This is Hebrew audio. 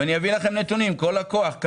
אני אתן לכם נתונים לגבי כל לקוח ולקוח